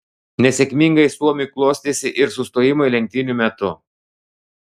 nesėkmingai suomiui klostėsi ir sustojimai lenktynių metu